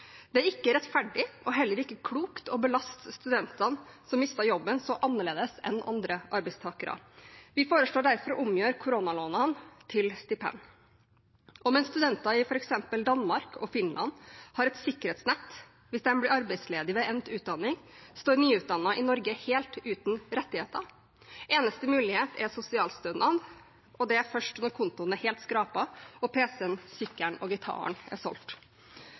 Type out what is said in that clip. Det er ikke rettferdig og heller ikke klokt å belaste studentene som mistet jobben, så annerledes enn andre arbeidstakere. Vi foreslår derfor å omgjøre koronalånene til stipender. Mens studenter i f.eks. Danmark og Finland har et sikkerhetsnett hvis de blir arbeidsledige ved endt utdanning, står nyutdannede i Norge helt uten rettigheter. Den eneste muligheten er sosialstønad, og det er først når kontoen er helt skrapet, og PC-en, sykkelen og gitaren har blitt solgt.